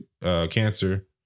Cancer